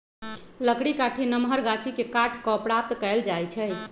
लकड़ी काठी नमहर गाछि के काट कऽ प्राप्त कएल जाइ छइ